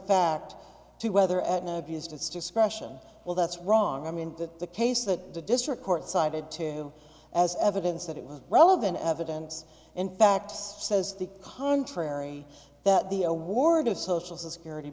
fact to whether an abused its discretion well that's wrong i mean that the case that the district court cited too as evidence that it was relevant evidence and facts says the contrary that the award of social security